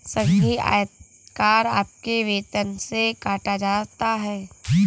संघीय आयकर आपके वेतन से काटा जाता हैं